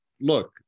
look